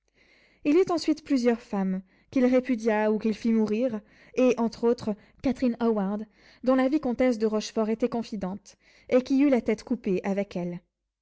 il eut ensuite plusieurs femmes qu'il répudia ou qu'il fit mourir et entre autres catherine howard dont la comtesse de rochefort était confidente et qui eut la tête coupée avec elle